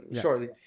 shortly